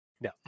No